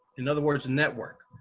in other words, network,